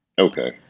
Okay